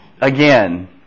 Again